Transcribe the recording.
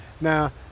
Now